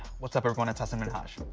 what's up everyone? it's hasan minhaj.